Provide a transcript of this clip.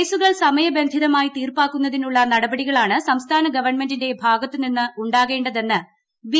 കേസുകൾ സമയബന്ധിതമായി തീർപ്പാക്കുന്നതിനുള്ള നടപടികളാണ് സംസ്ഥാന ഗവൺമെന്റിന്റെ ഭാഗത്ത് നിന്ന് ഉണ്ടാകേണ്ടതെന്ന് ബി